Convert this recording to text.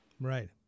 Right